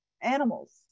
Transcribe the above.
animals